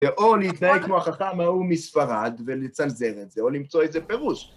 או להתנהג כמו החכם ההוא מספרד ולצנזר את זה, או למצוא איזה פירוש.